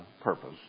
purpose